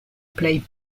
plej